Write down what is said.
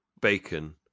bacon